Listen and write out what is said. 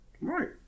Right